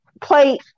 play